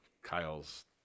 Kyle's